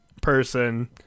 person